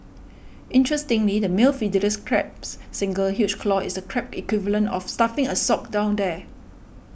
interestingly the male Fiddlers Crab's single huge claw is a crab equivalent of stuffing a sock down there